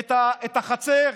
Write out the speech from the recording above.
את החצר,